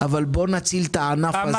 בואו נציל את המחלבה ונציל את הענף.